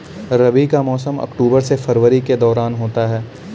रबी का मौसम अक्टूबर से फरवरी के दौरान होता है